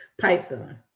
Python